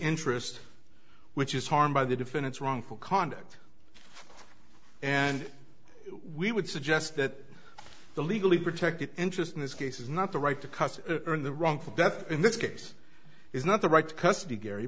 interest which is harmed by the defendant's wrongful conduct and we would suggest that the legally protected interest in this case is not the right to cause in the wrongful death in this case is not the right custody gary